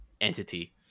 entity